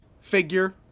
figure